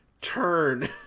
turn